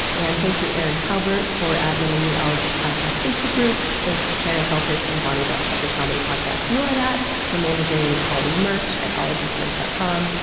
and thank you, erin talbert for adminning the ologies podcast facebook group. thanks shannon feltus and boni dutch of the comedy podcast you are that for managing all the merch at ologiesmerch dot com.